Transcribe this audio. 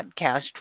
podcast